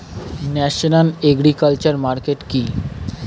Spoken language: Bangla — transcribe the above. ন্যাশনাল এগ্রিকালচার মার্কেট কি?